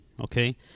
Okay